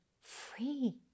free